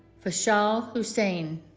fashal hossain